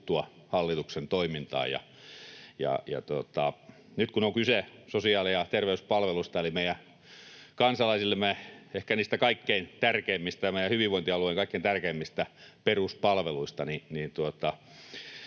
hallituksen toimintaan, ja nyt kun on kyse sosiaali- ja terveyspalveluista, eli meidän kansalaisillemme ehkä niistä kaikkein tärkeimmistä ja meidän hyvinvointialueillemme kaikkein tärkeimmistä peruspalveluista,